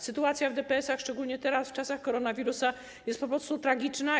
Sytuacja w DPS-ach, szczególnie teraz, w czasach koronawirusa, jest po prostu tragiczna.